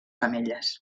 femelles